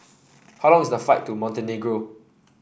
how long is the flight to Montenegro